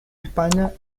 españa